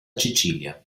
cecilia